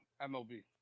MLB